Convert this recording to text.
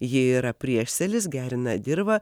ji yra priešsėlis gerina dirvą